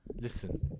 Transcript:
Listen